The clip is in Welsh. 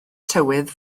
tywydd